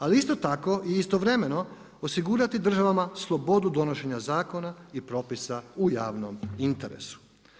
Ali isto tako i istovremeno osigurati državama slobodu donošenja zakona i propisa u javnom interesu.